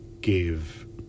give